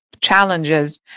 challenges